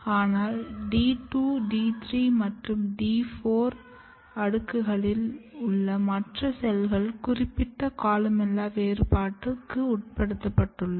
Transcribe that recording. ஆனால் D2 D3 மற்றும் D4 அடுக்குகளில் உள்ள மற்ற செல்கள் குறிப்பிட்ட கொலுமெல்லா வேறுபாடுக்கு உட்படுத்தப்பட்டுள்ளது